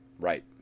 right